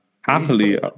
happily